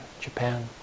Japan